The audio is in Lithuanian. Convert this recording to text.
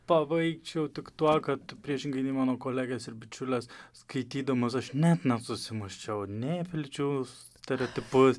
pabaigčiau tik tuo kad priešingai nei mano kolegės ir bičiulės skaitydamas aš net nesusimąsčiau nei apie lyčių stereotipus